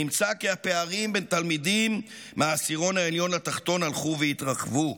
נמצא כי הפערים בין תלמידים מהעשירון העליון לתחתון הלכו והתרחבו.